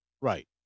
Right